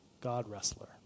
God-wrestler